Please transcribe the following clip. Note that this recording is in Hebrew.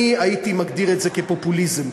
אני הייתי מגדיר את זה כפופוליזם.